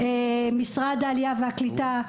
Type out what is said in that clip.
משרד העלייה והקליטה,